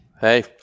Hey